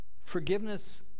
Forgiveness